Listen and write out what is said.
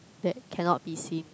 that cannot be seen